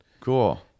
cool